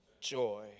joy